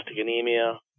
anemia